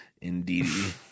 Indeed